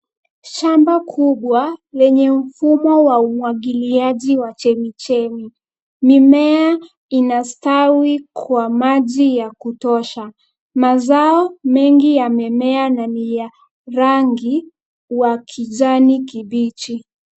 Shamba kubwa lenye mnfumo wa umwagiliaji wa chemichemi. Mimea inastawi kwa maji ya kutosha. Mazao mengi yamemea na ni ya rangi ya kijani kibichi.